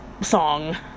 song